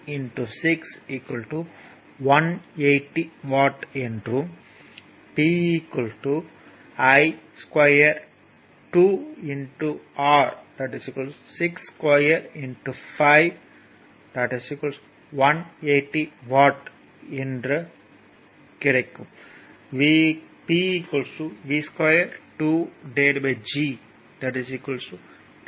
P V I 30 6 180 watt என்றும் P I 2 R 2 5 180 watt என்று ஆகிவிடும் P V2G 2 0